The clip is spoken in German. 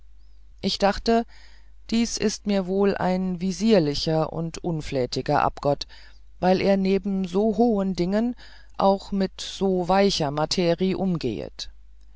ich gedachte dies ist mir wohl ein visierlicher und unflätiger abgott weil er neben so hohen dingen auch mit so weicher materi umgehet